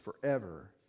forever